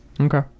Okay